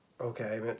Okay